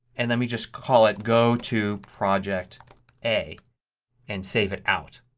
and let me just call it go to project a and save it out.